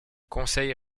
conseil